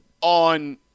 on